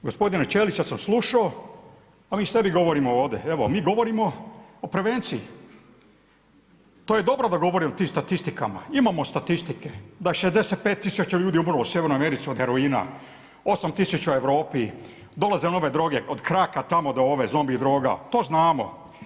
Gospodina Ćelića sam slušao, a mi sebi govorimo ovdje, mi govorimo o prevenciji, to je dobro da govorimo o tim statistikama, imamo statistike da je 65 000 ljudi umrlo u sjevernoj Americi o heroina, 8 000 u Europi, dolaze nove droge od cracka tamo do ove zombi droga, to znamo.